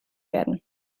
werden